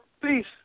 Peace